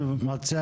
ווליד טאהא (רע"מ,